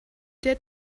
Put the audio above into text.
der